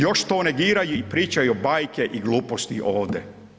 Još to negiraju i pričaju bajke i gluposti ovdje.